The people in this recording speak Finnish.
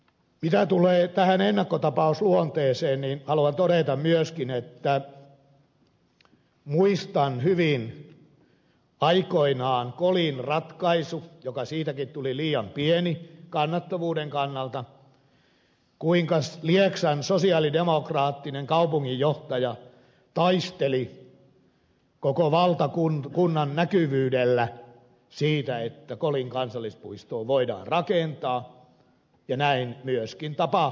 mitä tulee tähän ennakkotapausluonteeseen niin haluan todeta myöskin että muistan hyvin aikoinaan kolin ratkaisusta josta siitäkin tuli liian pieni kannattavuuden kannalta kuinka lieksan sosialidemokraattinen kaupunginjohtaja taisteli koko valtakunnan näkyvyydellä siitä että kolin kansallispuistoon voidaan rakentaa ja näin myöskin tapahtui